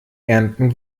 ernten